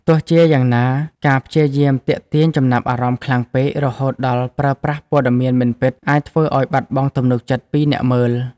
ទោះជាយ៉ាងណា ការព្យាយាមទាក់ទាញចំណាប់អារម្មណ៍ខ្លាំងពេក រហូតដល់ប្រើប្រាស់ព័ត៌មានមិនពិត អាចធ្វើឱ្យបាត់បង់ទំនុកចិត្តពីអ្នកមើល។